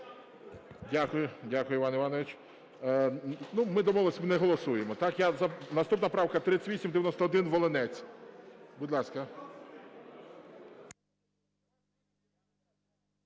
Дякую, Іван Іванович. Ну, ми домовились, ми не голосуємо, так? Наступна правка 3891, Волинець. Будь ласка.